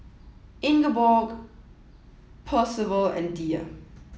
Ingeborg Percival and Diya